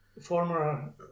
former